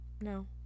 No